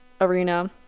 arena